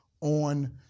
on